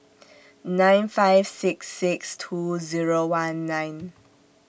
nine five six six two Zero one nine